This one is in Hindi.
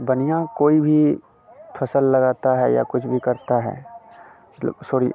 बनिया कोई भी फसल लगाता है या कुछ भी करता है मतलब सोरी